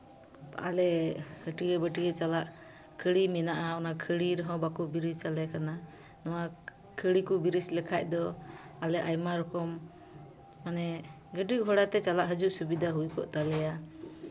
ᱟᱞᱮ ᱦᱟᱹᱴᱭᱟᱹ ᱵᱟᱹᱴᱭᱟᱹ ᱪᱟᱞᱟᱜ ᱠᱷᱟᱹᱲᱤ ᱢᱮᱱᱟᱜᱼᱟ ᱚᱱᱟ ᱠᱷᱟᱹᱲᱤ ᱨᱮᱦᱚᱸ ᱵᱟᱠᱚ ᱵᱨᱤᱡᱽ ᱟᱞᱮ ᱠᱟᱱᱟ ᱱᱚᱣᱟ ᱠᱷᱟᱹᱲᱤ ᱠᱚ ᱵᱨᱤᱡᱽ ᱞᱮᱠᱷᱟᱱ ᱫᱚ ᱟᱞᱮ ᱟᱭᱢᱟ ᱨᱚᱠᱚᱢ ᱢᱟᱱᱮ ᱜᱟᱹᱰᱤ ᱜᱷᱚᱲᱟ ᱛᱮ ᱪᱟᱞᱟᱜ ᱦᱤᱡᱩᱜ ᱥᱤᱵᱤᱫᱷᱟ ᱦᱩᱭ ᱠᱚᱜ ᱛᱟᱞᱮᱭᱟ